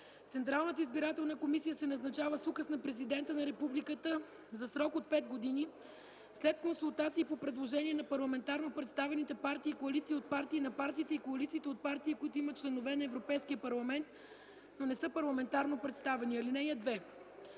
Централната избирателна комисия се назначава с указ на президента на републиката за срок от 5 години след консултации и по предложение на парламентарно представените партии и коалиции от партии и на партиите и коалициите от партии, които имат членове на Европейския парламент, но не са парламентарно представени. (2)